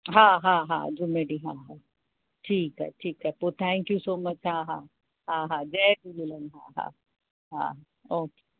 हा हा हा जुमे ॾींहं हा ठीकु आहे ठीकु आहे पोइ थैंक्यू सो मछ हा हा हा हा जय झूलेलाल हा हा ओके